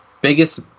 biggest